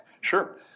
Sure